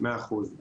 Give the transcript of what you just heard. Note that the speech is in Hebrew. מאה אחוז.